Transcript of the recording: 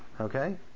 okay